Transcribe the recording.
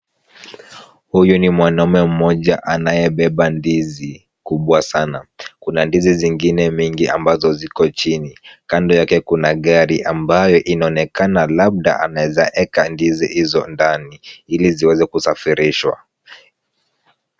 Huyu ni mwanaume mmoja anayebeba ndizi kubwa sana. Kuna ndizi zingine mingi ambazo ziko chini. Kando yake kuna gari ambayo inaonekana labda anaeza weka ndizi hizo ndani, ili ziweze kusafirishwa.